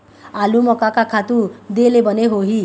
आलू म का का खातू दे ले बने होही?